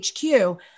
HQ